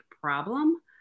problem